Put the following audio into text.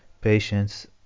patients